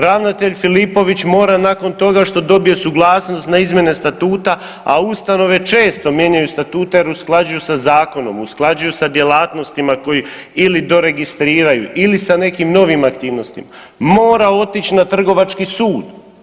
Ravnatelj Filipović mora nakon toga što dobije suglasnost na izmjene statuta, a ustanove često mijenjaju statute jer usklađuju sa zakonom, usklađuju sa djelatnostima koji ili do registriraju ili sa nekim novim aktivnostima, mora otić na trgovački sud.